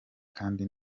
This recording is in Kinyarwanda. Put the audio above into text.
kandi